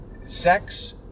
sex